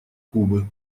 кубы